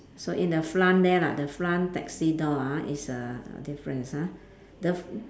so in the front there lah the front taxi door ah is a difference ah the f~